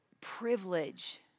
privilege